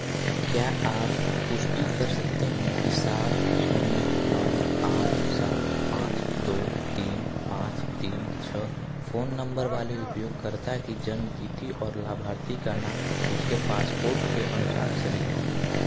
क्या आप पुष्टि कर सकते हैं कि सात शून्य नौ आठ सात पाँच दो तीन पाँच तीन छः फ़ोन नंबर वाले उपयोगकर्ता की जन्म तिथि और लाभार्थी का नाम उसके पासपोर्ट के अनुसार सही है